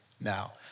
now